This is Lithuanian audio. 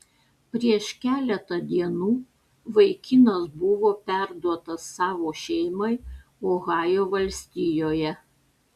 prieš keletą dienų vaikinas buvo perduotas savo šeimai ohajo valstijoje